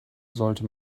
sollte